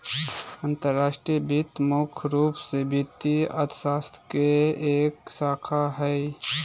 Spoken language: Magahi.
अंतर्राष्ट्रीय वित्त मुख्य रूप से वित्तीय अर्थशास्त्र के एक शाखा हय